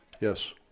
Yes